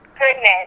goodness